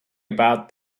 about